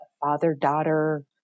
father-daughter